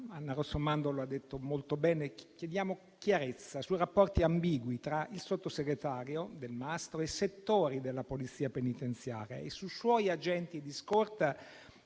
Anna Rossomando ha detto molto bene - chiarezza sui rapporti ambigui tra il sottosegretario Delmastro, settori della Polizia penitenziaria e i suoi agenti di scorta,